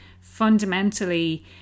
fundamentally